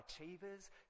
achievers